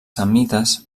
samnites